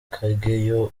kageyo